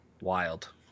Wild